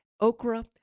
okra